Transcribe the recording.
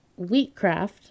Wheatcraft